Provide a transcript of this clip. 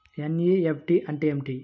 NEFT అంటే ఏమిటీ?